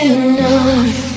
enough